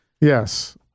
Yes